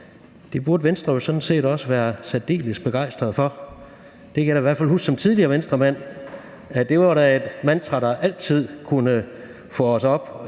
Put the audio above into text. jo sådan set også være særdeles begejstret for. Jeg kan da i hvert fald som tidligere Venstremand huske, at et mantra, der altid kunne få os op